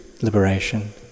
liberation